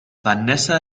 vanessa